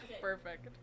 Perfect